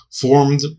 formed